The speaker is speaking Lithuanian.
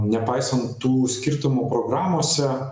nepaisant tų skirtumų programose